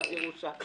צו ירושה.